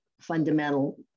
fundamental